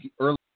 early